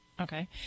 Okay